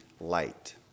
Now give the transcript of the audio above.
light